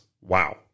wow